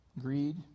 greed